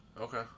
Okay